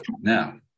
Now